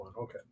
Okay